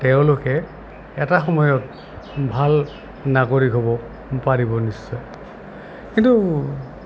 তেওঁলোকে এটা সময়ত ভাল নাগৰিক হ'ব পাৰিব নিশ্চয় কিন্তু